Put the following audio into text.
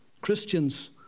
Christians